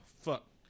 fuck